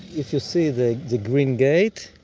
if you see the the green gate,